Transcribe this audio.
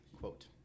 quote